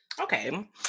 Okay